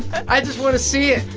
i just want to see it